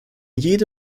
jede